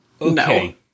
okay